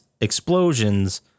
explosions